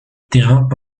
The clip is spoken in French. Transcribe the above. terrain